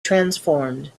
transformed